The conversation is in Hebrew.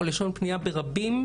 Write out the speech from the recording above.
או לשון פנייה ברבים.